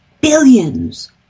billions